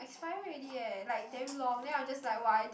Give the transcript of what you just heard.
expiry already eh like damn long then I'm just like !wah! I damn